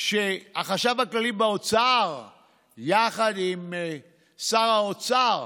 שהחשב הכללי באוצר יחד עם שר האוצר